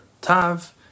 Tav